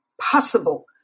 possible